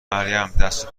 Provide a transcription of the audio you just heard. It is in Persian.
مریم، دست